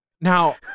now